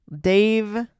dave